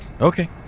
Okay